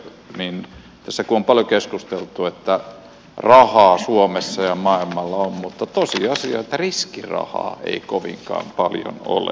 tässä kun on paljon keskusteltu siitä että rahaa suomessa ja maailmalla on niin tosiasia on että riskirahaa ei kovinkaan paljon ole